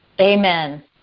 Amen